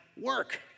work